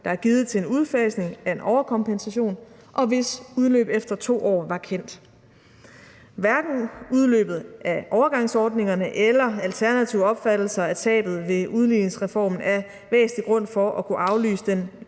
der er givet til en udfasning af en overkompensation, og hvis udløb efter 2 år var kendt. Hverken udløbet af overgangsordningerne eller alternative opfattelser af tabet ved udligningsreformen er væsentlige grunde til at aflyse den